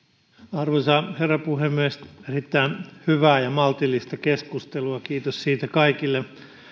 arvoisa herra puhemies erittäin hyvää ja maltillista keskustelua kiitos siitä kaikille